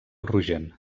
rogent